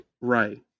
right